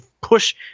push